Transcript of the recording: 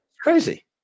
Crazy